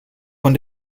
von